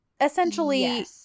essentially